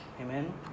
Amen